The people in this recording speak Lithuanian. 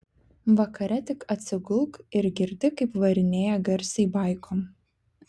vakare tik atsigulk ir girdi kaip varinėja garsiai baikom